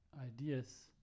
ideas